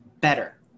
better